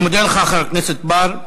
אני מודה לך, חבר הכנסת בר.